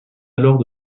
alors